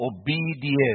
obedience